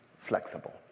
flexible